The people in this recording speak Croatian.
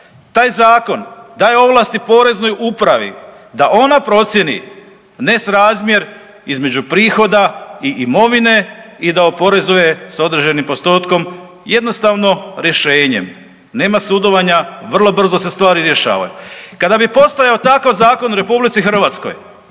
Taj zakon daje ovlasti Poreznoj upravi da ona procijeni nesrazmjer između prihoda i imovine i da oporezuje s određenim postotkom jednostavno rješenjem. Nema sudovanja, vrlo brzo se stvari rješavaju. Kada bi postojao takav zakon u RH, tada i ova